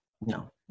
No